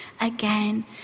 again